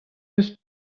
eus